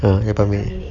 ah lapan minute